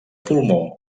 pulmó